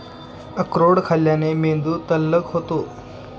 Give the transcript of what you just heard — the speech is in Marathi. अक्रोड खाल्ल्याने मेंदू तल्लख होतो